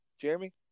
jeremy